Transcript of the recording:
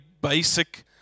basic